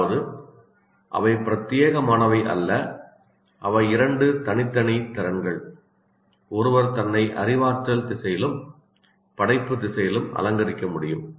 அதாவது அவை பிரத்தியேகமானவை அல்ல அவை இரண்டு தனித்தனி திறன்கள் ஒருவர் தன்னை அறிவாற்றல் திசையிலும் படைப்பு திசையிலும் அலங்கரிக்க முடியும்